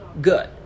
good